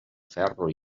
ferro